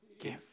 gift